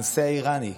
הנושא האירני,